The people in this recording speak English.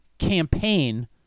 campaign